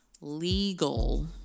Legal